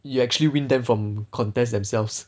you actually win them from contest themselves